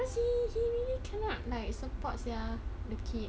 cause he he really cannot like support sia the kid